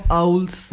owls